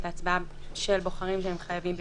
להצבעה של בוחרים שהם חייבים בבידוד.